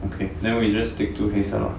okay then we just stick to 黑色 lor